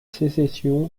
sécession